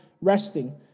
resting